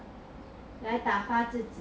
来打发自己